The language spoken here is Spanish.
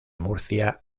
murcia